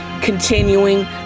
Continuing